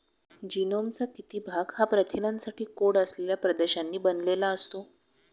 जीनोमचा किती भाग हा प्रथिनांसाठी कोड असलेल्या प्रदेशांनी बनलेला असतो?